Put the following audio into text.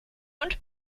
und